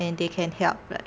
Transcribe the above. and they can help like